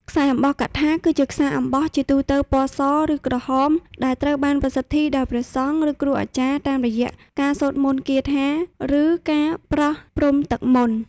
ខ្សែអំបោះកថា គឺជាខ្សែអំបោះ ជាទូទៅពណ៌ស ឬក្រហម ដែលត្រូវបានប្រសិទ្ធីដោយព្រះសង្ឃ ឬគ្រូអាចារ្យ តាមរយៈការសូត្រមន្តគាថា ឬការប្រោះព្រំទឹកមន្ត។